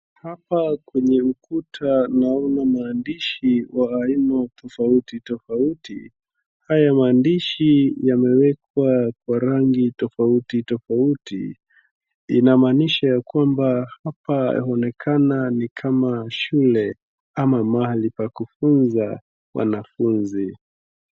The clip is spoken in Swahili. Hapa kwenye ukuta naona maandishi kwa aino tofauti tofauti. Haya maandishi yamewekwa kwa rangi tofauti tofauti. Inamaanisha yakwamba hapa yanaonekana ni kama shule ama mahali pa kufunza wanafunzi.